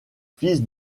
fils